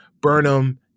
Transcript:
Burnham